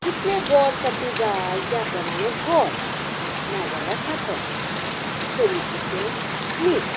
कितले गोड सत्व जाय त्या प्रमाणें गोड ना जाल्यार साकर सोयी पुर्तें मीठ